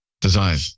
Design